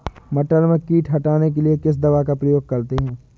मटर में कीट हटाने के लिए किस दवा का प्रयोग करते हैं?